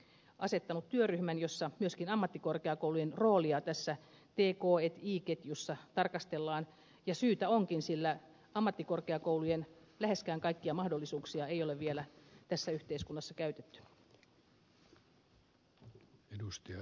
opetusministeriö on asettanut työryhmän jossa myöskin ammattikorkeakoulujen roolia tässä tk i ketjussa tarkastellaan ja syytä onkin sillä ammattikorkeakoulujen läheskään kaikkia mahdollisuuksia ei ole vielä tässä yhteiskunnassa käytetty